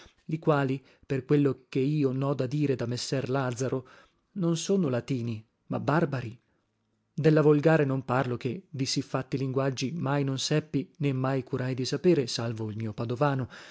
li quali per quello che io noda dire da messer lazaro non sono latini ma barbari della volgare non parlo ché di sì fatti linguaggi mai non seppi né mai curai di sapere salvo il mio padovano